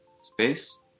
space